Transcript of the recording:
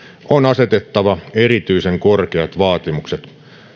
on asetettava erityisen korkeat vaatimukset